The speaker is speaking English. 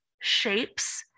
shapes